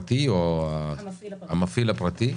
סמכויות המפעיל הפרטי,